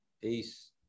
Peace